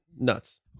Nuts